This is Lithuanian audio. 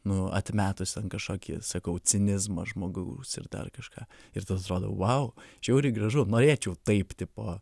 nu atmetus ten kažkokį sakau cinizmą žmogaus ir dar kažką ir pasirodo vau žiauriai gražu norėčiau taip tipo